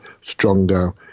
stronger